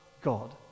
God